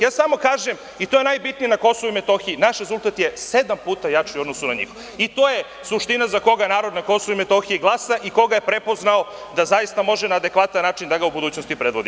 Ja samo kažem, i to je najbitnije na KiM, naš rezultat je sedam puta jači u odnosu na njih, i to je suština za koga narod na KiM glasa i koga je prepoznao da zaista može na adekvatan način da ga u budućnosti predvodi.